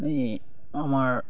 এই আমাৰ